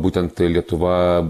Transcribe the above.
būtent lietuva